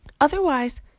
Otherwise